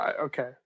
okay